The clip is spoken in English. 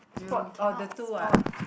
you cannot spot